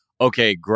okay